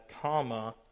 comma